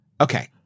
Okay